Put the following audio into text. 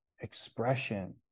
expression